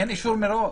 אין אישור מראש.